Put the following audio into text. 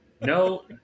No